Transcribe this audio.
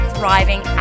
thriving